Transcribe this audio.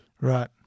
Right